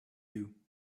you